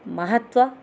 महत्व